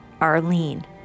Arlene